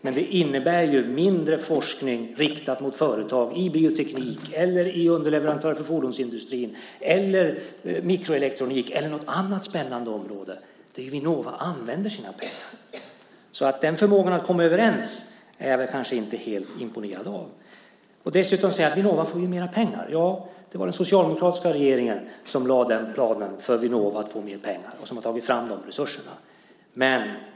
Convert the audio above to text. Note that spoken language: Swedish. Men det innebär ju mindre forskning riktad mot bioteknikföretag, underleverantörer till fordonsindustrin, mikroelektronikföretag eller företag inom något annat spännande område där Vinnova använder sina pengar. Denna förmåga att komma överens är jag kanske inte helt imponerad av. Dessutom säger statsrådet att Vinnova får mer pengar. Ja, det var den socialdemokratiska regeringen som lade fram den planen för Vinnova och som tog fram de resurserna.